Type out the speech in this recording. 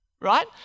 right